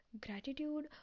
gratitude